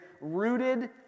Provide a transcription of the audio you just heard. rooted